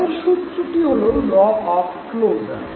পরের সূত্রটি হল ল অফ ক্লোজার